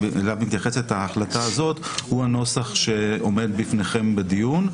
מתייחסת ההחלטה הזאת הוא הנוסח שעומד בפניכם בדיון.